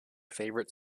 favorite